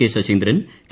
K Saseendran K